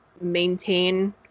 maintain